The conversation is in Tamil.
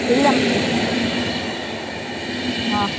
இல்லை மேம் ஆ